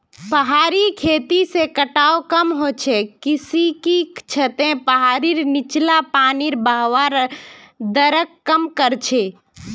पहाड़ी खेती से कटाव कम ह छ किसेकी छतें पहाड़ीर नीचला पानीर बहवार दरक कम कर छे